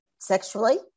sexually